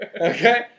Okay